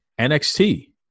NXT